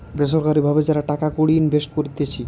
বেসরকারি ভাবে যারা টাকা কড়ি ইনভেস্ট করতিছে